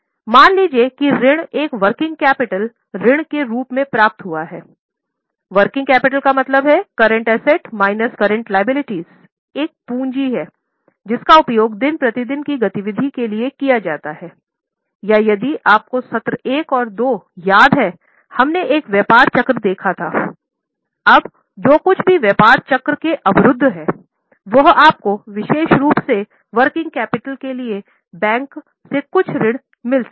मान लीजिए कि ऋण एक वर्किंग कैपिटल के लिए बैंक से कुछ ऋण मिल सकता है